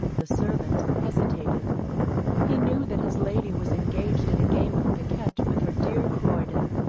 the servant hesitated he knew that his lady was engaged at a game of picquet with her dear corydon,